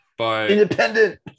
independent